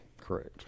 correct